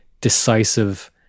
decisive